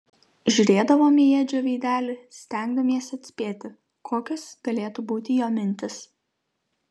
žiūrėdavome į edžio veidelį stengdamiesi atspėti kokios galėtų būti jo mintys